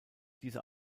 diese